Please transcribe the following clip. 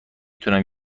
تونم